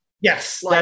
Yes